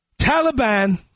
Taliban